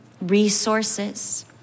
resources